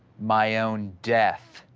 my own death.